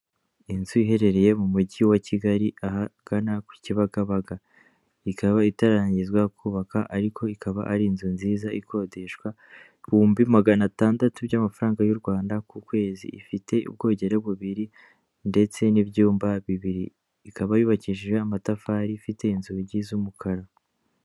Inzu iherereye mu mujyi wa Kigali ahagana ku Kibagabaga, ikaba itararangizwa kubaka, ariko ikaba ari inzu nziza ikodeshwa ibihumbi magana atandatu by'amafaranga y'Urwanda ku kwezi, ifite ubwogero bubiri ndetse n'ibyumba bibiri, ikaba yubakishije amatafari, ifite inzugi z'umukara.